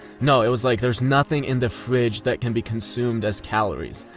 no it was like, there's nothing in the fridge that can be consumed as calories.